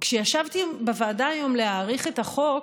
כשישבתי בוועדה היום להאריך את החוק,